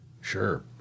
Sure